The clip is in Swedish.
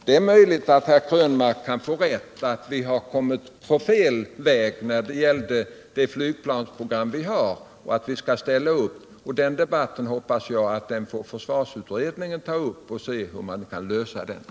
Det är möjligt att herr Krönmark kan få rätt i att vi har kommit på fel väg när det gäller det flygplansprogra:n vi har, Den debatten hoppas jag att försvarsutredningen tar upp för att sc hur man kan lösa problemen.